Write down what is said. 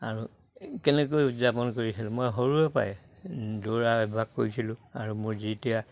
আৰু কেনেকৈ উদযাপন কৰিছিল মই সৰুৰে পাই দৌৰা অভ্যাস কৰিছিলোঁ আৰু মোৰ যেতিয়া